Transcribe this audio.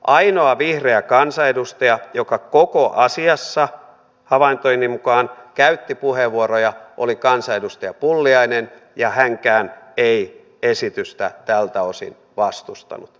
ainoa vihreä kansanedustaja joka koko asiassa havaintojeni mukaan käytti puheenvuoroja oli kansanedustaja pulliainen ja hänkään ei esitystä tältä osin vastustanut